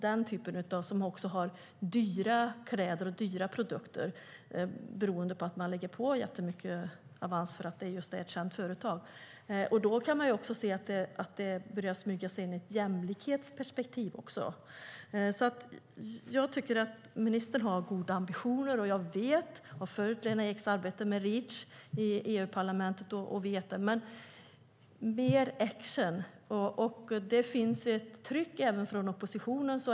Den typen av företag har dyra kläder och produkter beroende på att man lägger på mycket avans just för att det är ett känt företag. Då kan man se att det börjar smyga sig in ett jämlikhetsperspektiv också. Jag tycker att ministern har goda ambitioner. Jag har följt Lena Eks arbete med Reach i EU-parlamentet. Men det behövs mer action. Det finns ett tryck även från oppositionen.